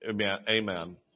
amen